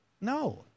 no